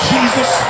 Jesus